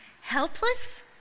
Helpless